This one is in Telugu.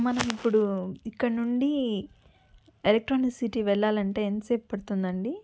మనం ఇప్పుడు ఇక్కడ నుండి ఎలక్ట్రానీ సిటీ వెళ్ళాలంటే ఎంతసేపు పడుతుంది అండి